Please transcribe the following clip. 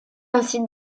ainsi